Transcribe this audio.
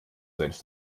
senf